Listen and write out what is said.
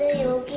you